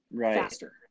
faster